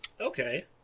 Okay